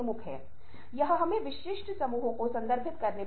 मुझे यकीन है कि अब आप मेरी आवाज़ पर ध्यान केंद्रित नहीं कर पा रहे हैं